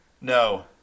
No